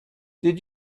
did